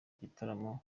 igitaramo